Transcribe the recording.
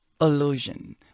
illusion